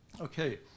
Okay